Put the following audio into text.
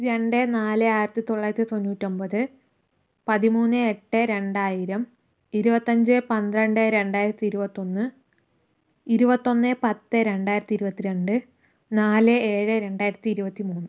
രണ്ട് നാല് ആയിരത്തി തൊള്ളായിരത്തി തൊണ്ണൂറ്റൊമ്പത് പതിമൂന്നേ എട്ട് രണ്ടായിരം ഇരുപത്തഞ്ച് പന്ത്രണ്ട് രണ്ടായിരത്തി ഇരുപത്തൊന്ന് ഇരുപത്തൊന്ന് പത്ത് രണ്ടായിരത്തി ഇരുപത്തിരണ്ട് നാല് ഏഴ് രണ്ടായിരത്തി ഇരുപത്തിമൂന്ന്